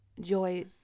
joy